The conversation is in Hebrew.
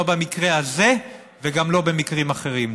לא במקרה הזה וגם לא במקרים אחרים.